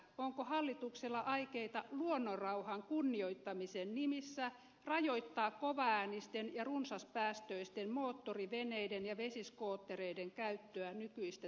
onko hallituksella aikeita luonnonrauhan kunnioittamisen nimissä rajoittaa kovaäänisten ja runsaspäästöisten moottoriveneiden ja vesiskoottereiden käyttöä nykyistä tiukemmin